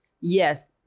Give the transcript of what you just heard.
Yes